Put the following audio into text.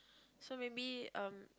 so maybe uh